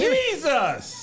Jesus